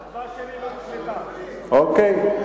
אוקיי.